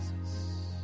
Jesus